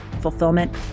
fulfillment